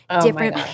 different